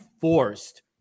forced